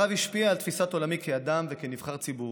הרב השפיע על תפיסת עולמי כאדם וכנבחר ציבור.